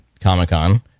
Comic-Con